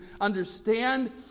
understand